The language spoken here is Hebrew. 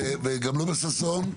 וגם לא בששון,